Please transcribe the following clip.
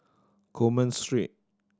Coleman Street